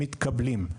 מתקבלים.